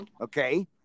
okay